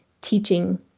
teaching